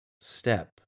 step